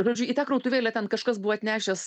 žodžiu į tą krautuvėlę ten kažkas buvo atnešęs